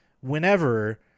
whenever